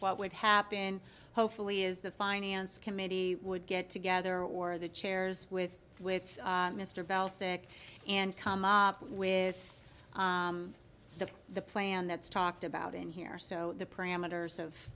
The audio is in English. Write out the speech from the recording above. what would happen hopefully is the finance committee would get together or the chairs with with mr bell sick and come up with the the plan that's talked about in here so the parameters of